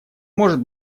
может